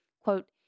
Quote